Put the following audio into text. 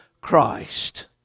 Christ